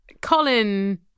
Colin